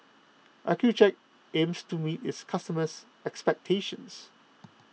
Accucheck aims to meet its customers' expectations